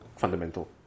fundamental